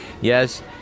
Yes